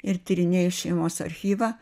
ir tyrinėju šeimos archyvą